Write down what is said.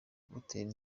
batera